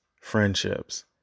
friendships